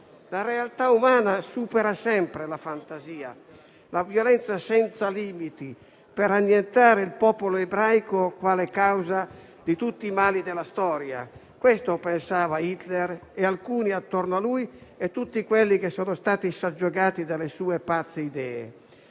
La realtà umana supera sempre la fantasia. La violenza senza limiti per annientare il popolo ebraico quale causa di tutti i mali della storia: questo pensavano Hitler, alcuni attorno a lui e tutti coloro che sono stati soggiogati dalle sue pazze idee.